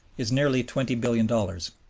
is nearly twenty billion dollars.